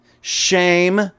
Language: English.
shame